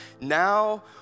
Now